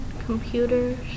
Computers